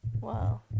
Wow